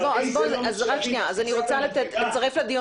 לצערי, זה לא מה שיביא את קפיצת המדרגה.